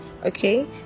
Okay